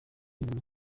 umutoza